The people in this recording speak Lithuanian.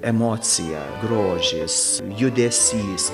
emocija grožis judesys